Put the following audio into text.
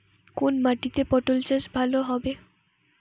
কোন মাটিতে পটল চাষ ভালো হবে?